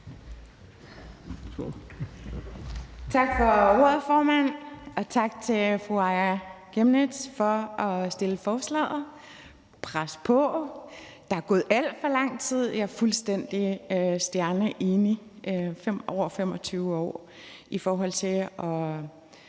Tak for ordet, formand, og tak til fru Aaja Chemnitz for at fremsætte forslaget og presse på. Der er gået alt for lang tid, jeg er fuldstændig stjerneenig, nemlig over 25 år, i forhold til at